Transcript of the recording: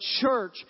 church